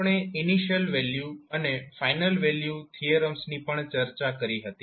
આપણે initial value અને final value theorems ની પણ ચર્ચા કરી હતી